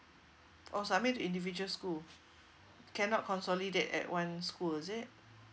oh submit individual school cannot consolidate at one school is it